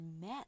met